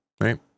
right